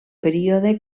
període